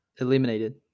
eliminated